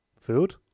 food